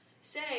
say